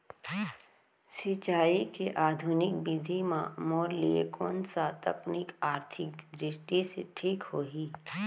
सिंचाई के आधुनिक विधि म मोर लिए कोन स तकनीक आर्थिक दृष्टि से ठीक होही?